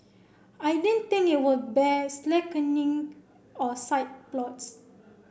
I didn't think it would bear slackening or side plots